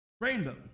rainbow